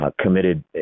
committed